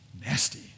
nasty